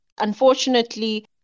Unfortunately